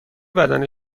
بدن